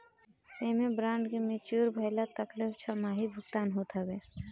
एमे बांड के मेच्योर भइला तकले छमाही भुगतान होत हवे